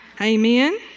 Amen